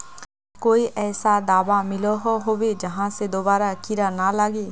कोई ऐसा दाबा मिलोहो होबे जहा से दोबारा कीड़ा ना लागे?